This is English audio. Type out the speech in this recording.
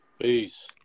Peace